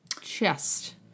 Chest